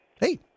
Hey